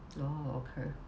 oh okay